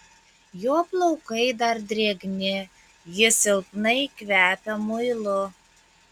jo plaukai dar drėgni jis silpnai kvepia muilu